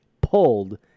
pulled